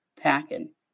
packing